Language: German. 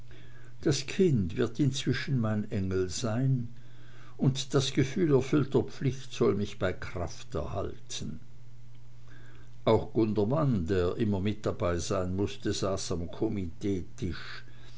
das kind wird inzwischen mein engel sein und das gefühl erfüllter pflicht soll mich bei kraft erhalten auch gundermann der immer mit dabeisein mußte saß am komiteetisch